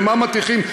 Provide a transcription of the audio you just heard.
ומה מטיחים?